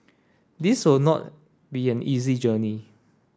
this will not be an easy journey